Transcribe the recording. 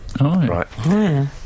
Right